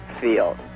field